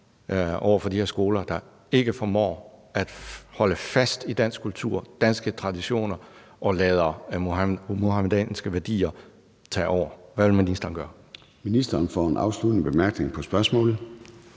over for de her skoler, der ikke formår at holde fast i dansk kultur og danske traditioner og lader muhamedanske værdier tage over? Hvad vil ministeren gøre? Kl. 14:02 Formanden (Søren